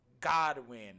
Godwin